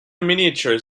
miniatures